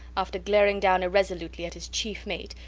after glaring down irresolutely at his chief mate,